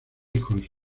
hijos